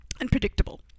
unpredictable